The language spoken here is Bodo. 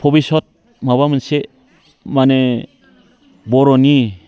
भबिस्वत माबा मोनसे माने बर'नि